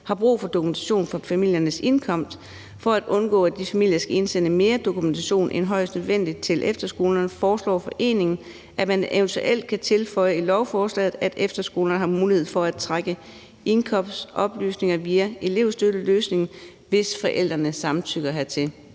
har brug for dokumentation for familiernes indkomst. For at undgå, at disse familier skal indsende mere dokumentation end højst nødvendigt til efterskolerne, foreslår foreningen, at man eventuelt kan tilføje i lovforslaget, at efterskolerne har mulighed for at trække indkomstoplysninger via elevstøtteløsningen, hvis forældrene samtykker hertil.